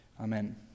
amen